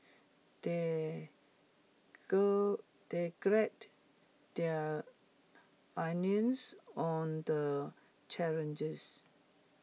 they they their onions on the challenges